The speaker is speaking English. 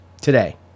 today